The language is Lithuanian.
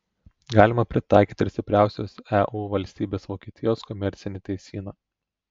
galima pritaikyti ir stipriausios eu valstybės vokietijos komercinį teisyną